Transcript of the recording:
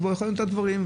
היא בוחנת את הדברים,